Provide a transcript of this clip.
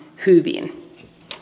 hyvin